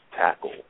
tackle